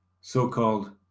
so-called